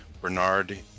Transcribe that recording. bernard